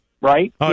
right